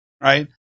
right